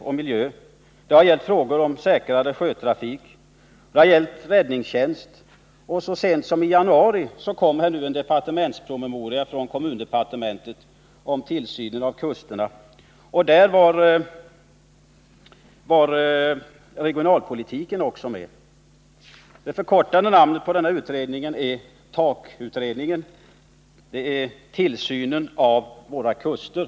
Det har också gällt frågor om säkrare sjötrafik och räddningstjänst. Så sent som i januari kom en departementspromemoria från kommundepartementet om tillsynen av kusterna där också regionalpolitiken var med. Det förkortade namnet på denna utredning är TAK-utredningen, dvs. tillsynen av våra kuster.